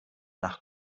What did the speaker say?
nach